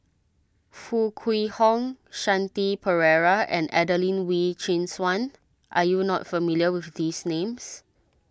Foo Kwee Horng Shanti Pereira and Adelene Wee Chin Suan are you not familiar with these names